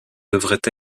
devrait